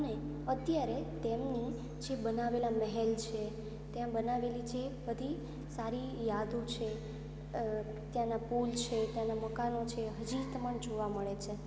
અને અત્યારે તેમણે જે બનાવેલા મહેલ છે ત્યાં બનાવેલી જે બધી સારી યાદો છે અ ત્યાંના પૂલ છે ત્યાંનાં મકાનો છે હજી તમને જોવા મળે છે